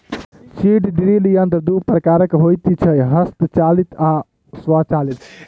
seed drill यंत्र दू प्रकारक होइत छै, हस्तचालित आ स्वचालित